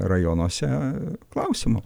rajonuose klausimu